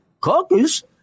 Caucus